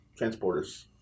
transporters